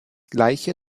gleiche